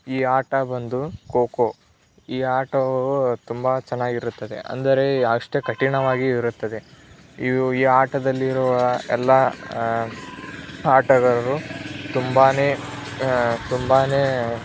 ಈ ಆಟ ಬಂದು ಖೊ ಖೋ ಈ ಆಟವು ತುಂಬ ಚೆನ್ನಾಗಿರುತ್ತದೆ ಅಂದರೆ ಅಷ್ಟೇ ಕಠಿಣವಾಗಿ ಇರುತ್ತದೆ ಇವು ಈ ಆಟದಲ್ಲಿ ಇರುವ ಎಲ್ಲ ಆಟಗಾರರು ತುಂಬಾ ತುಂಬಾ